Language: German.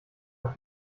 nach